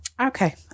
okay